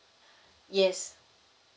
yes